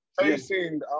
facing